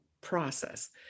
process